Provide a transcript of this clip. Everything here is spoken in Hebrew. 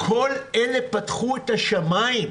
כל אלה פתחו את השמיים.